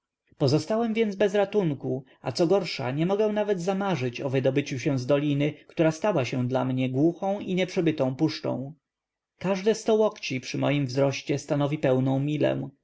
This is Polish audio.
więc bez ratunku a co gorsza nie mogę nawet zamarzyć o wydobyciu się z doliny która stała się dla mnie głuchą i nieprzebytą spuszczą ażdy sto łokci przy moim wzroście stanowi pełną milę